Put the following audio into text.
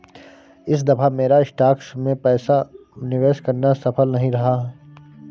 इस दफा मेरा स्टॉक्स में पैसा निवेश करना सफल नहीं रहा